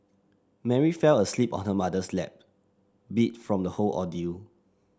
Mary fell asleep on her mother's lap beat from the whole ordeal